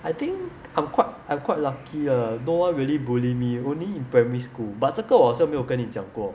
I think I'm quite I'm quite lucky ah don't really bully me only in primary school but 这个我好像没有跟你讲过